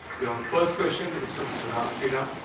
your first question is from mr. ram shriram.